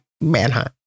manhunt